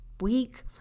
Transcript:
week